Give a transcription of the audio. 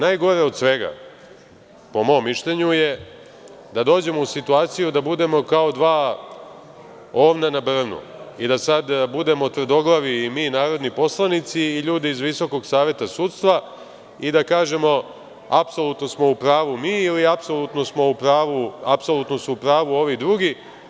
Najgore od svega, po mom mišljenju je da dođemo u situaciju da budemo kao dva ovna na brvnu i da sad budemo tvrdoglavi i mi i narodni poslanici i ljudi iz Visokog saveta sudstva i da kažemo, apsolutno smo u pravu mi ili apsolutno su u pravu ovi drugi.